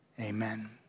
amen